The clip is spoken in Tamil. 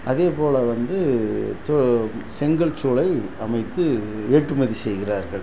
அதேப்போல் வந்து து செங்கல் சூளை அமைத்து ஏற்றுமதி செய்கிறார்கள்